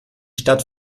stadt